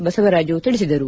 ಬಸವರಾಜು ತಿಳಿಸಿದರು